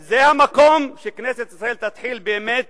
אכן, זה המקום שכנסת ישראל תתחיל באמת